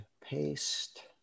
paste